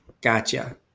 Gotcha